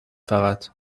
فقط